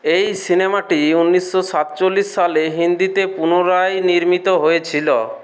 এই সিনেমাটি উনিশশো সাতচল্লিশ সালে হিন্দিতে পুনরায় নির্মিত হয়েছিল